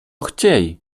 chciej